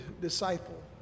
disciple